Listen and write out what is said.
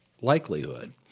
likelihood